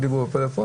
לא דיברו בפלאפון.